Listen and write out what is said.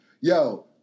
Yo